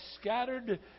scattered